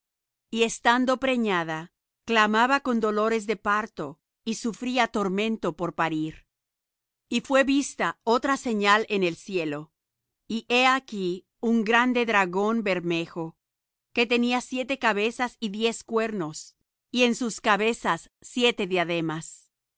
y estando preñada clamaba con dolores de parto y sufría tormento por parir y fué vista otra señal en el cielo y he aquí un grande dragón bermejo que tenía siete cabezas y diez cuernos y en sus cabezas siete diademas